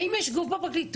האם יש גוף בפרקליטות,